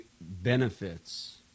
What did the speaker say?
benefits